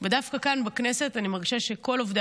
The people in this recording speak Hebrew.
ודווקא כאן בכנסת אני מרגישה שכל עובדי